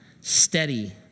Steady